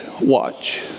watch